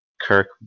Kirk